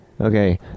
Okay